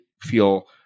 feel